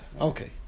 Okay